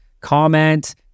comment